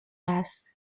است